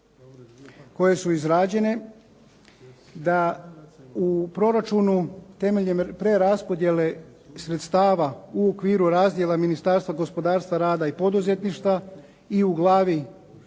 koje su izrađene da u proračunu temeljem preraspodjele sredstava u okviru razdjela Ministarstva gospodarstva, rada i poduzetništva i u glavi